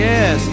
Yes